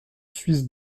suisse